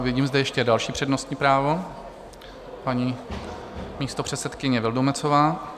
Vidím zde ještě další přednostní právo, paní místopředsedkyně Vildumetzová.